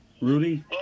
Rudy